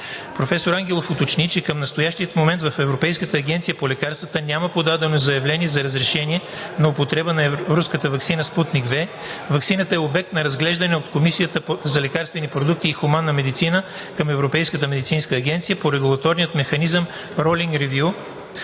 Професор Ангелов уточни, че към настоящия момент в Европейската агенция по лекарства няма подадено заявление за разрешаване за употреба на руската ваксина „Спутник V“. Ваксината е обект на разглеждане от Комитета за лекарствени продукти в хуманната медицина към Европейската медицинска агенция по регулаторния механизъм rolling review